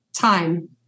Time